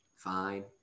Fine